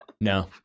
No